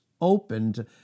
opened